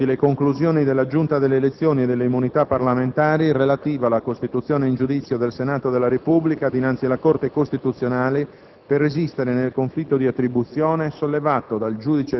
finestra"). Metto ai voti le conclusioni della Giunta delle elezioni e delle immunità parlamentari relative alla costituzione in giudizio del Senato della Repubblica dinanzi alla Corte costituzionale